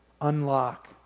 Unlock